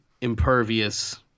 impervious